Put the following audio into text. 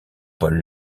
paul